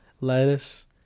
lettuce